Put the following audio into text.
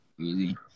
Easy